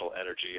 energy